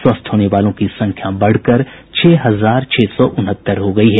स्वस्थ होने वालों की संख्या बढ़कर छह हजार छह सौ उनहत्तर हो गयी है